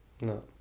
No